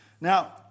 Now